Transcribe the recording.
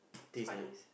taste like